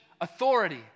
authority